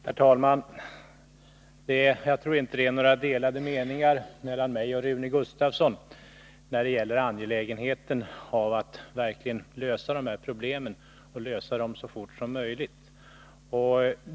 Herr talman! Jag tror inte att det råder några delade meningar mellan mig och Rune Gustavsson när det gäller angelägenheten i att verkligen lösa dessa problem och lösa dem så fort som möjligt.